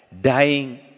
dying